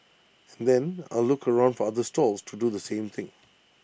and then I'll look around for other stalls to do the same thing